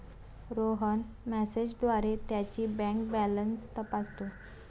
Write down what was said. रोहन मेसेजद्वारे त्याची bank balance तपासतो